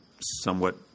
somewhat